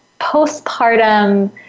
postpartum